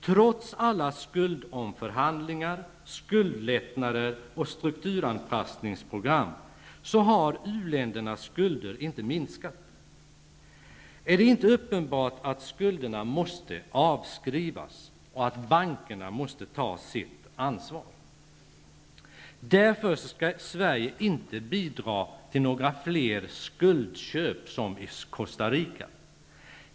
Trots alla skuldomförhandlingar, skuldlättnader och strukturanpassningsprogram har u-ländernas skulder inte minskat. Är det inte uppenbart att skulderna måste avskrivas och att bankerna måste ta sitt ansvar? Därför skall Sverige inte bidra till några fler skuldköp, som det i Costa Rica.